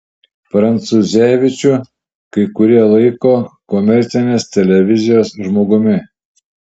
prancūzevičių kai kurie laiko komercinės televizijos žmogumi